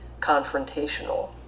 confrontational